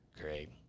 Great